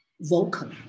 vocal